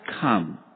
come